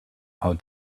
how